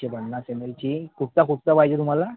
अच्छा पन्नास एम एलची कुठचा कुठचा पाहिजे तुम्हाला